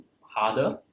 harder